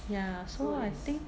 ya so I think